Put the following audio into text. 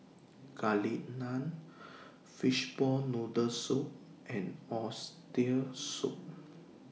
Garlic Naan Fishball Noodle Soup and Oxtail Soup